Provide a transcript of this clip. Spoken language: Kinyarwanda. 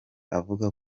avuga